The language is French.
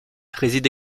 réside